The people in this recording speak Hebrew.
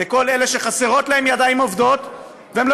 לכל אלה שחסרות להם ידיים עובדות והם לא